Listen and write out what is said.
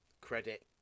credit